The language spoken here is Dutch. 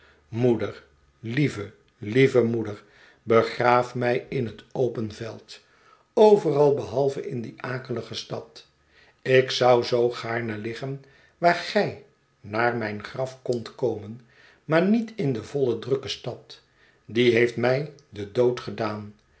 moeder lieve lieve moeder begraaf mij in het open veld overal behalve in die akelige stad ik zou zoo gaarne liggen waar gij naar mijn graf kondt komen maar niet in de voile drukke stad die heeft rnij den dood gedaan